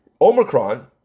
Omicron